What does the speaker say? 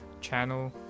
channel